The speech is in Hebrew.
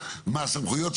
שהם בסוף הרשויות,